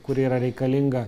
kuri yra reikalinga